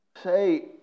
say